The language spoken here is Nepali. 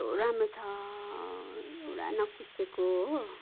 कस्तो राम्रो छ एउटा नकुच्चेको हो